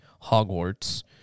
Hogwarts